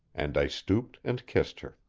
and i stooped and kissed her.